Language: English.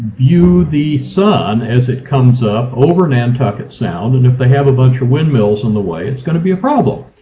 view the sun as it comes up over nantucket sound and if they have a bunch of windmills on the way it's going to be a problem.